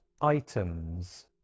items